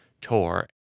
tour